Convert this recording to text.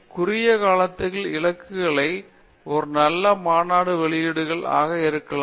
எனவே குறுகிய கால இலக்குகள் ஒருவேளை நல்ல மாநாடுகள் வெளியீடுகள் ஆக இருக்கலாம்